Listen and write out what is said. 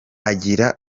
agira